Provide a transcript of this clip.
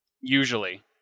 usually